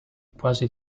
quasi